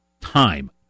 time